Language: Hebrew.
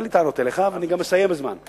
אין לי טענות אליך ואני גם אסיים בזמן.